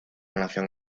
nación